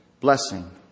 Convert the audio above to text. Blessing